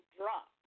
drop